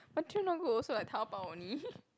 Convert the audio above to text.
material not good also like Taobao only